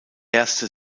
erste